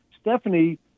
Stephanie